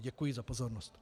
Děkuji za pozornost.